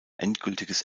endgültiges